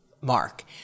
Mark